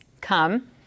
come